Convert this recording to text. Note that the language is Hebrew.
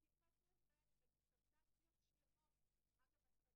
וזה נאמר עם הרבה